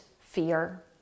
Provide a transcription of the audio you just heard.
fear